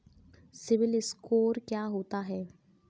CIBIL score क्या होता है?